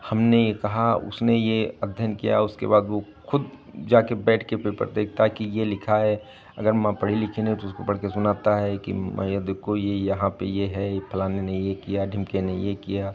हमने ये कहा उसने ये अध्ययन किया उसके बाद वो खुद जाके बैठ के पेपर देखता है कि ये लिखा है अगर माँ पढ़ी लिखी नहीं तो उसको पढ़ के सुनाता है कि माँ ये देखो ये यहाँ पे ये है ये फलाने ने ये किया ढिमके ने ये किया